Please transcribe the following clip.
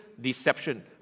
deception